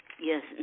Yes